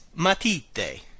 matite